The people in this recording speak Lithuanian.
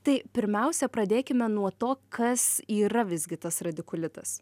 tai pirmiausia pradėkime nuo to kas yra visgi tas radikulitas